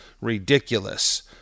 ridiculous